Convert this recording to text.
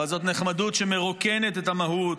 אבל זאת נחמדות שמרוקנת את המהות,